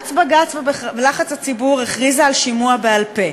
בלחץ בג"ץ ובלחץ הציבור הכריזה על שימוע בעל-פה,